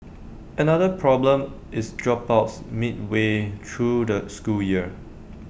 another problem is dropouts midway through the school year